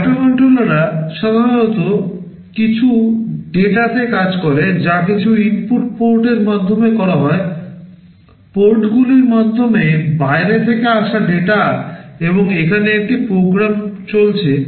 মাইক্রোকন্ট্রোলাররা সাধারণত কিছু ডেটাতে কাজ করে যা কিছু ইনপুট পোর্টের মাধ্যমে করা হয় পোর্টগুলির মাধ্যমে বাইরে থেকে আসা ডেটা এবং এখানে একটি প্রোগ্রাম চলছে